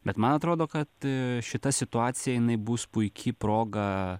bet man atrodo kad šita situacija jinai bus puiki proga